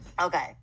Okay